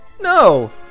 No